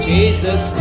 Jesus